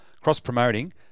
cross-promoting